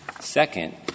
Second